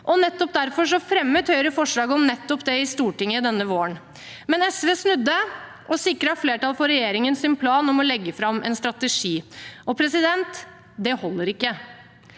og nettopp derfor fremmet Høyre forslag om det i Stortinget denne våren. Men SV snudde og sikret flertall for regjeringens plan om å legge fram en strategi. Det holder ikke.